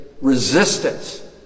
resistance